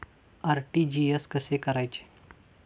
RTGS कसे करायचे?